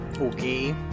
Okay